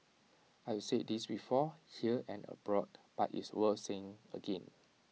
I have said this before here and abroad but it's worth saying again